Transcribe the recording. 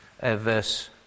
Verse